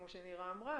כמו שנירה אמרה,